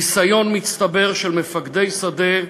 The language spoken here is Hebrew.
ניסיון מצטבר של מפקדי שדה,